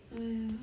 !aiya!